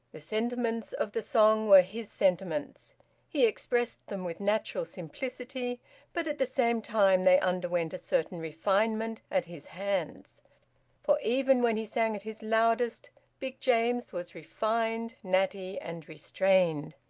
the sentiments of the song were his sentiments he expressed them with natural simplicity but at the same time they underwent a certain refinement at his hands for even when he sang at his loudest big james was refined, natty, and restrained.